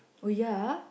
oh ya ah